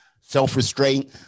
self-restraint